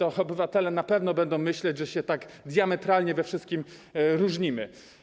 Obywatele na pewno będą myśleć, że tak diametralnie się we wszystkim różnimy.